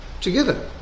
together